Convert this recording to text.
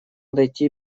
дойти